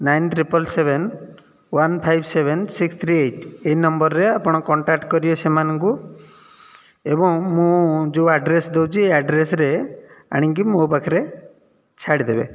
nine triple seven one five seven six three eight ଏହି ନମ୍ବରରେ contact କରିବେ ସେମାନଙ୍କୁ ଏବଂ ମୁଁ ଯେଉଁ ଆଡ଼୍ରେସ ଦେଉଛି ସେ ଆଡ଼୍ରେସରେ ଆଣିକି ମୋ ପାଖରେ ଛାଡ଼ିଦେବେ